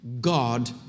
God